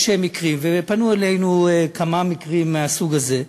יש מקרים, ופנו אלינו בכמה מקרים מהסוג הזה: